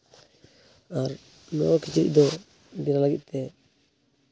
ᱟᱨ ᱱᱚᱣᱟ ᱠᱤᱪᱨᱤᱪ ᱫᱚ ᱵᱮᱱᱟᱣ ᱞᱟᱹᱜᱤᱫ ᱛᱮ